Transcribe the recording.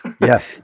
Yes